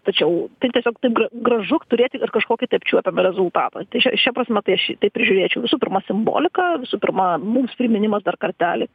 tačiau tai tiesiog taip gra gražu turėti kažkokį tai apčiuopiamą rezultatą tai šia šia prasme tai aš ši tai prižiūrėčiau visų pirma simbolika visų pirma mums priminimas dar kartelį